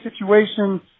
situation